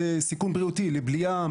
זה סיכון בריאותי לבליעה,